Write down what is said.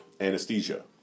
Anesthesia